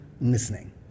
listening